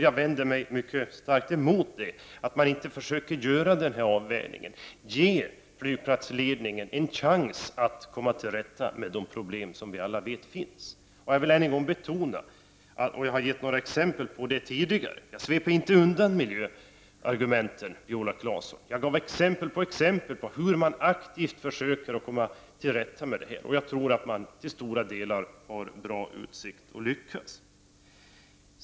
Jag vänder mig mycket starkt emot att de inte försöker göra denna avvägning och ge flygplatsledningen en chans att komma till rätta med de problem som vi alla vet finns. Jag vill än en gång, Viola Claesson, betona, vilket jag har givit några exempel på tidigare, att jag inte sveper undan miljöargumenten. Jag gav exempel på exempel på hur man aktivt försöker komma till rätta med dessa problem, och jag tror att man till stora delar har bra utsikter att lyckas.